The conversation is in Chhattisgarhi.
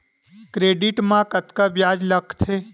क्रेडिट मा कतका ब्याज लगथे?